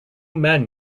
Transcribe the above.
men